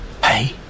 Hey